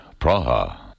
Praha